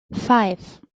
five